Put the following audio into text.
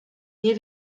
nie